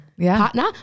partner